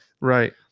Right